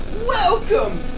Welcome